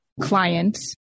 clients